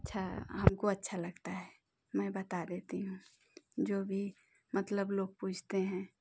अच्छा हमको अच्छा लगता है मैं बता देती हूँ जो भी मतलब लोग पूछते हैं